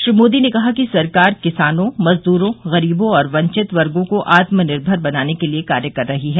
श्री मोदी ने कहा कि सरकार किसानों मजदूरों गरीबों और वंचित वर्गों को आत्मनिर्मर बनाने के लिए कार्य कर रही है